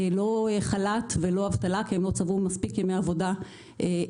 לא חל"ת ולא אבטלה כי הם לא צברו מספיק ימי עבודה במלון